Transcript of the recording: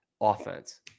offense